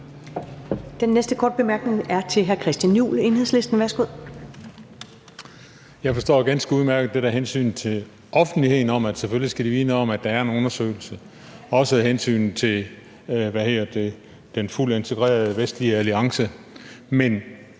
Den næste korte bemærkning er til hr. Christian Juhl, Enhedslisten. Værsgo. Kl. 16:26 Christian Juhl (EL): Jeg forstår ganske udmærket det der med hensynet til offentligheden, for selvfølgelig skal de vide noget om, at der er en undersøgelse, også af hensyn til den fuldt integrerede vestlige alliance. Men